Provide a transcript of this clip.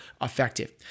effective